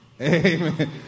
Amen